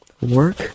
work